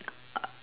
uh